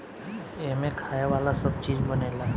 एमें खाए वाला सब चीज बनेला